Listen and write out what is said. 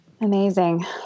Amazing